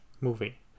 movie